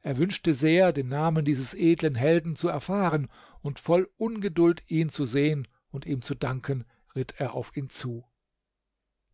er wünschte sehr den namen dieses edlen helden zu erfahren und voll ungeduld ihn zu sehen und ihm zu danken ritt er auf ihn zu